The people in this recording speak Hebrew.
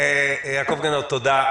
יעקב גנות, תודה.